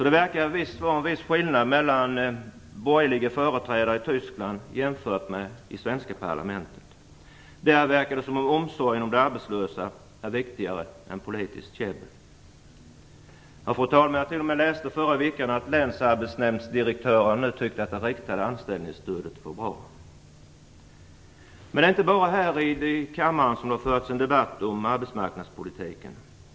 Det verkar vara en viss skillnad mellan borgerliga företrädare i Tyskland och i Sverige. I Tyskland verkar det som om omsorgen om de arbetslösa är viktigare än politiskt käbbel. Fru talman! Förra veckan läste jag t.o.m. att länsarbetsnämndsdirektören nu tycker att det riktade anställningsstödet är bra. Det är dock inte bara här i kammaren som det har förts en debatt om arbetsmarknadspolitiken.